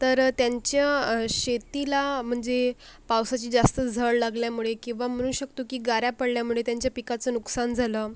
तर त्यांच्या शेतीला म्हणजे पावसाची जास्त झळ लागल्यामुळे किंवा म्हणू शकतो की गारा पडल्यामुळे त्यांच्या पिकाचं नुकसान झालं